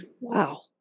Wow